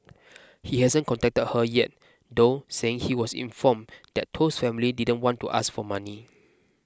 he hasn't contacted her yet though saying he was informed that Toh's family didn't want to ask for money